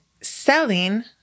selling